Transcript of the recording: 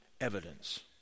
evidence